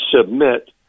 submit